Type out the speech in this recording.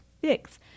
fix